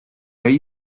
ahí